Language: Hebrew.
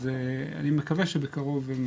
אז אני מקווה שבקרוב.